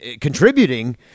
contributing